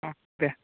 अ' देह